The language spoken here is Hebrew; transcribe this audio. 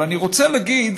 אבל אני רוצה להגיד